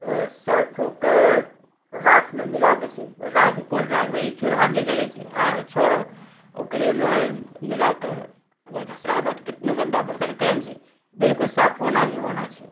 सर्फके राखमे मिला दै छै राख कोन राख ओ जे चुल्हामे जड़ै छै हँ छाउर ओकरेमे मिला कऽ घँसला बाद केतनो भी गन्दा बर्तन करै ने छै बिल्कुल साफ होना ही होना छै